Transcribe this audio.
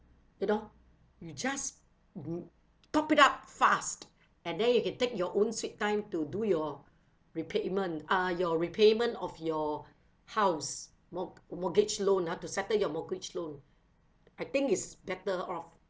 you know you just top it up fast and then you can take your own sweet time to do your repayment uh your repayment of your house mor~ mortgage loan ah to settle your mortgage loan I think is better off